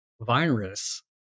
virus